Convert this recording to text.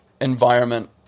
environment